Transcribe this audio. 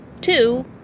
two